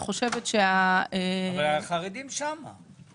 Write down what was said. החרדים שם,